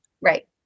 right